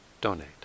donate